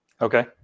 Okay